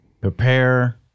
Prepare